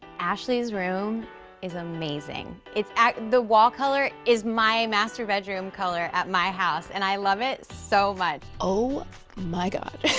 ashley's room is amazing. it's act. the wall color is my master bedroom color at my house and i love it so much. oh my god,